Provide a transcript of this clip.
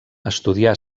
estudià